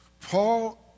Paul